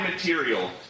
Material